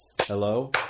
Hello